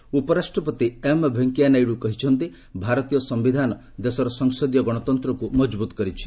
ନାଇଡ୍ ଉପରାଷ୍ଟ୍ରପତି ଏମ୍ ଭେଙ୍କେୟାନାଇଡୁ କହିଛନ୍ତି ଭାରତୀୟ ସମ୍ଘିଧାନ ଦେଶର ସଂସଦୀୟ ଗଣତନ୍ତ୍ରକୁ ମଜବୁତ୍ କରିଛି